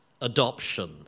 adoption